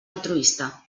altruista